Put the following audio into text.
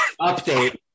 update